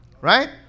Right